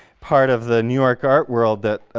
part of the new york art world that